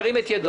ירים את ידו.